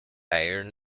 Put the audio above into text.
iron